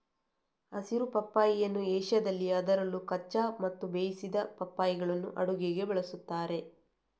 ಹಸಿರು ಪಪ್ಪಾಯಿಯನ್ನು ಏಷ್ಯಾದಲ್ಲಿ ಅದರಲ್ಲೂ ಕಚ್ಚಾ ಮತ್ತು ಬೇಯಿಸಿದ ಪಪ್ಪಾಯಿಗಳನ್ನು ಅಡುಗೆಗೆ ಬಳಸುತ್ತಾರೆ